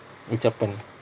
ucapan